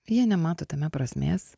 jie nemato tame prasmės